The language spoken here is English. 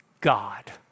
God